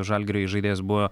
žalgirio įžaidėjas buvo